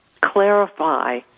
clarify